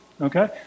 Okay